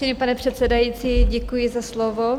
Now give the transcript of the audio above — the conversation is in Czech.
Vážený pane předsedající, děkuji za slovo.